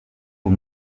aux